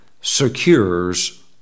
secures